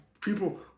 people